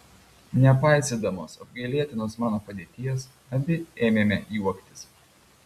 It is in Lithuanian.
nepaisydamos apgailėtinos mano padėties abi ėmėme juoktis